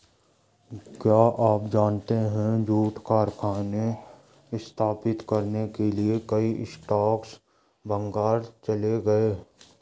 क्या आप जानते है जूट कारखाने स्थापित करने के लिए कई स्कॉट्स बंगाल चले गए?